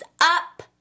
up